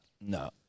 no